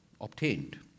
obtained